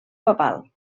papal